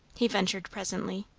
he ventured presently.